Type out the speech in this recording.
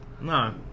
No